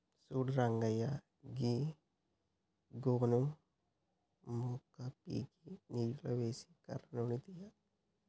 సూడు రంగయ్య గీ గోను మొక్క పీకి నీటిలో నానేసి కర్ర నుండి తీయాలి